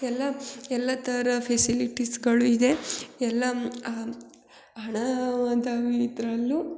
ಎಲ್ಲ ಎಲ್ಲ ಥರ ಫೆಸಿಲಿಟೀಸ್ಗಳು ಇದೆ ಎಲ್ಲ ಹಣವಂತ ಇದರಲ್ಲೂ